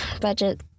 budget